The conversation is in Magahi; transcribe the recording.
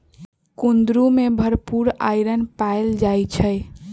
कुंदरू में भरपूर आईरन पाएल जाई छई